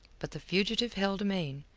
but the fugitive held amain,